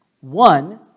One